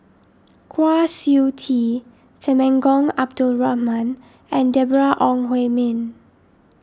Kwa Siew Tee Temenggong Abdul Rahman and Deborah Ong Hui Min